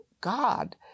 God